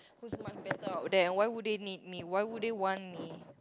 who's my better out there and why would they need me why would they want me